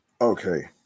Okay